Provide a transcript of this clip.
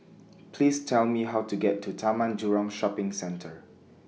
Please Tell Me How to get to Taman Jurong Shopping Centre